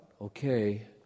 okay